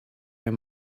your